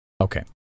Okay